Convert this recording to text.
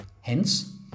hence